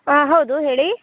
ಹಾಂ ಹೌದು ಹೇಳಿ